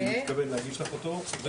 אני מתכבד להגיש לך אותו.